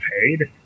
paid